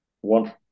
One